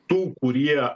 tų kurie